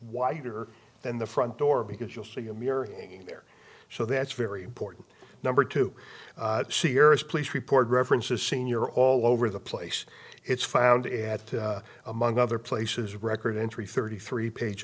wider than the front door because you'll see a mirror in there so that's very important number to see here is police report references senior all over the place it's found at among other places record entry thirty three page